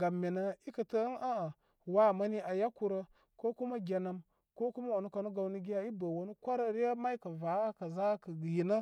gam mene i kə təə ən ə', ə' waa mani aa yakun ko kuma genəm, ko kuma wanu kanu gawni giya, i bə wanu kwarə ryə may kə' vaa kəza kə yinə.